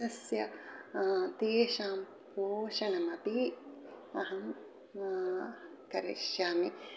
तस्य तेषां पोषणमपि अहं करिष्यामि